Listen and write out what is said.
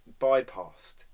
bypassed